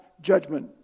judgment